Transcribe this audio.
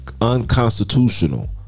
unconstitutional